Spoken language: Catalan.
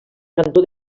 cantó